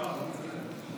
לא לחזור על שקרים,